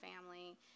family